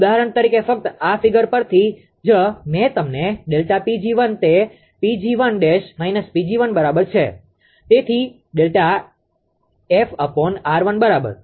ઉદાહરણ તરીકે ફક્ત આ ફિગર પરથી જ મેં તમને Δ 𝑃𝑔1 તે બરાબર છે તેથી Δ𝐹𝑅1 બરાબર